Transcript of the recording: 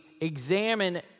examine